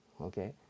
Okay